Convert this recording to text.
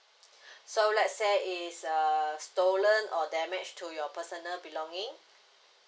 so let's say is uh stolen or damage to your personal belongings